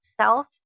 self